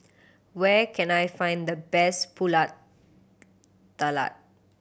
where can I find the best Pulut Tatal